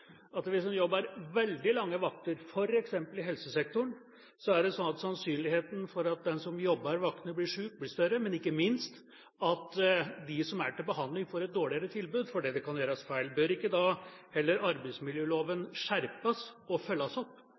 at hvis man jobber veldig lange vakter, f.eks. i helsesektoren, er det større sannsynlighet for at den som jobber lange vakter, blir syk, men ikke minst at de som er til behandling, får et dårligere tilbud fordi det kan gjøres feil. Bør ikke da arbeidsmiljøloven heller skjerpes og følges opp